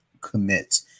commit